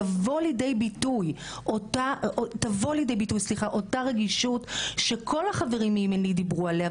תבוא לידי ביטוי אותה רגישות שכל החברים כאן דיברו עליה.